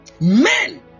Men